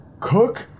Cook